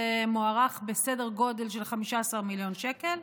זה מוערך בסדר גודל של 15 מיליון שקלים.